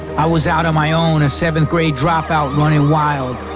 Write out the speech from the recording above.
i was out on my own, a seventh grade drop out running wild.